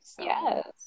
yes